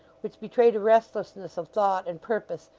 which betrayed a restlessness of thought and purpose,